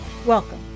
Welcome